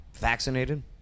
Vaccinated